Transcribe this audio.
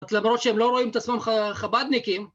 למרות שהם לא רואים את עצמם חבדניקים